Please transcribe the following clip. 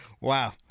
Wow